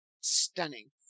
stunning